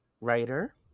writer